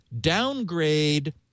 downgrade